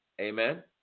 Amen